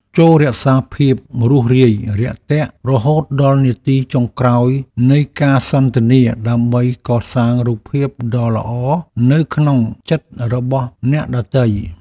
ចូររក្សាភាពរួសរាយរាក់ទាក់រហូតដល់នាទីចុងក្រោយនៃការសន្ទនាដើម្បីកសាងរូបភាពដ៏ល្អនៅក្នុងចិត្តរបស់អ្នកដទៃ។